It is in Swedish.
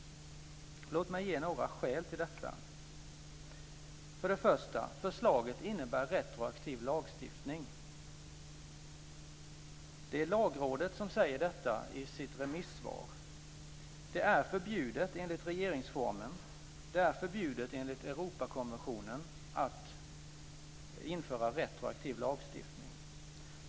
Låt mig ge några skäl till detta. För det första innebär förslaget retroaktiv lagstiftning. Det är Lagrådet som säger detta i sitt remissvar. Det är förbjudet enligt regeringsformen. Det är förbjudet enligt Europakonventionen att införa retroaktiv lagstiftning.